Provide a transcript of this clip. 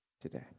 today